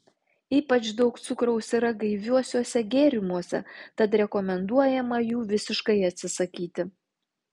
ypač daug cukraus yra gaiviuosiuose gėrimuose tad rekomenduojama jų visiškai atsisakyti